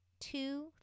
two